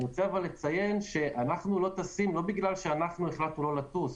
אנחנו לא טסים לא כי אנחנו החלטנו לא לטוס.